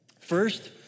First